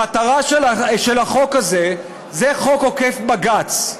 המטרה של החוק הזה, זה חוק עוקף בג"ץ.